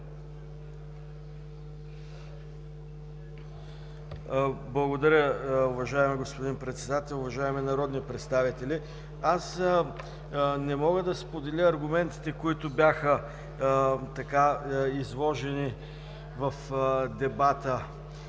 Благодаря. Уважаеми господин Председател, уважаеми народни представители! Аз не мога да споделя аргументите, които бяха изложени в дебата